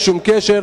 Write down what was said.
אין שום קשר.